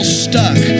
stuck